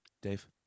Dave